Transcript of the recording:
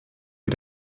wie